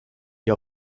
die